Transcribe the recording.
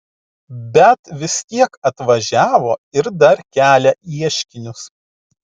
bet vis tiek atvažiavo ir dar kelia ieškinius